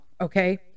okay